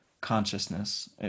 consciousness